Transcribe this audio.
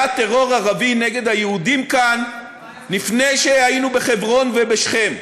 היה טרור ערבי נגד היהודים כאן לפני שהיינו בחברון ובשכם,